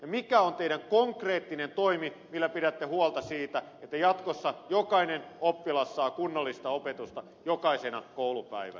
mikä on teidän konkreettinen toimenne millä pidätte huolta siitä että jatkossa jokainen oppilas saa kunnollista opetusta jokaisena koulupäivänä